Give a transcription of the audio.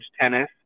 tennis